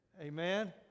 Amen